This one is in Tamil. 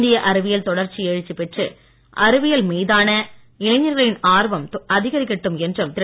இந்திய அறிவியல் தொடர்ந்து எழுச்சி பெற்று அறிவியல் மீதான இளைஞர்களின் ஆர்வம் அதிகரிக்கட்டும் என்றும் திரு